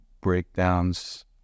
breakdowns